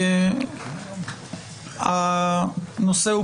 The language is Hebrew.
הנושא הוא